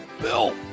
Bill